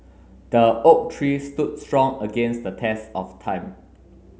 the oak tree stood strong against the test of time